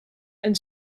and